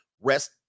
rest